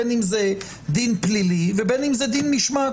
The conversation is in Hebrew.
בין אם זה דין פלילי ובין אם זה דין משמעתי.